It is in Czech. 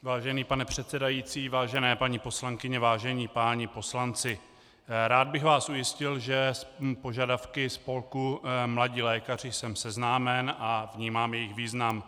Vážený pane předsedající, vážené paní poslankyně, vážení páni poslanci, rád bych vás ujistil, že s požadavky spolku Mladí lékaři jsem seznámen a vnímám jejich význam.